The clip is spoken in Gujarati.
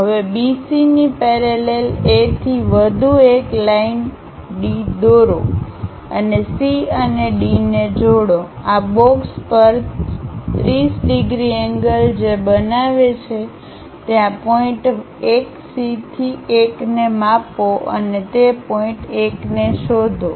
હવે B C ની પેરેલલ A થી વધુ એક લાઈનડી દોરો અને C અને D ને જોડો આ બોક્સ પર 30 ડિગ્રીએંગલ જે બનાવે છે તે આ પોઇન્ટ 1 C થી 1 ને માપો અને તે પોઇન્ટ 1 ને શોધો